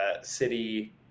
city